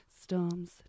Storms